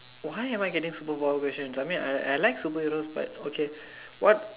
why am I getting super power questions I mean I I like superheroes but okay what